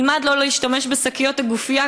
נלמד לא להשתמש בשקיות הגופייה,